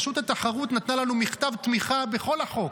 רשות התחרות נתנה לנו מכתב תמיכה בכל החוק,